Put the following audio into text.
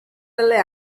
delle